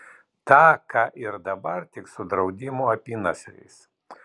tą ką ir dabar tik su draudimų apynasriais